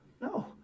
no